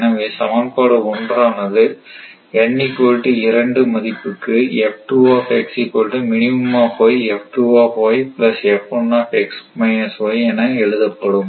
எனவே சமன்பாடு ஒன்றானது N 2 மதிப்புக்கு என எழுதப்படும்